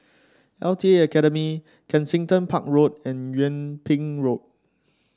L T A Academy Kensington Park Road and Yung Ping Road